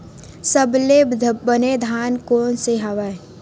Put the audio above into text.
सबले बने धान कोन से हवय?